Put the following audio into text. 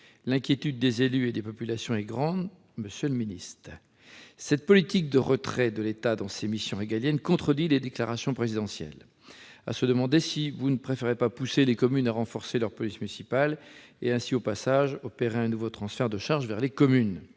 L'inquiétude des élus et des populations est grande, monsieur le ministre. Cette politique de retrait de l'État de ses missions régaliennes contredit les déclarations présidentielles À se demander si vous ne préférez pas pousser les communes à renforcer leur police municipale et, ainsi, à opérer au passage un nouveau transfert de charges vers les communes.